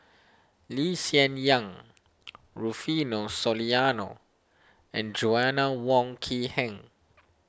Lee Hsien Yang Rufino Soliano and Joanna Wong Quee Heng